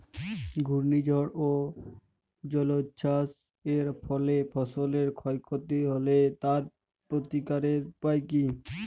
ঘূর্ণিঝড় ও জলোচ্ছ্বাস এর ফলে ফসলের ক্ষয় ক্ষতি হলে তার প্রতিকারের উপায় কী?